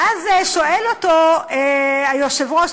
ואז שואל אותו היושב-ראש,